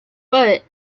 but